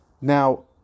Now